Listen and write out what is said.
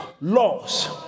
laws